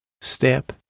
step